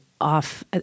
off